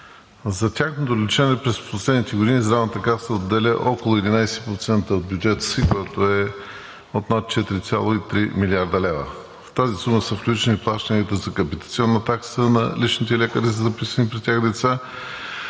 За тяхното лечение през последните години Здравната каса отделя, около 11% от бюджета си, което е над 4,3 млрд. лв. В тази сума са включени плащанията за капитационна такса на личните лекари за записаните при тях деца,